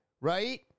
right